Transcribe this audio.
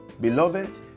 Beloved